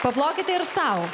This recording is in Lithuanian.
paplokite ir sau